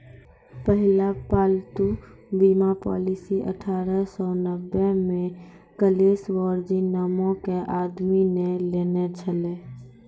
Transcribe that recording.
पहिला पालतू बीमा पॉलिसी अठारह सौ नब्बे मे कलेस वर्जिन नामो के आदमी ने लेने छलै